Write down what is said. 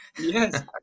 Yes